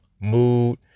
mood